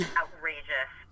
outrageous